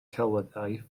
celwyddau